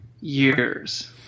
years